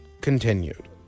continued